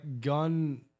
gun